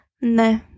No